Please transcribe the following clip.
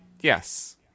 Yes